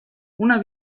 una